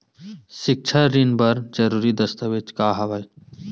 सिक्छा ऋण बर जरूरी दस्तावेज का हवय?